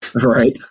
right